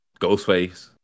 Ghostface